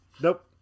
Nope